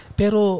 pero